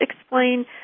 explain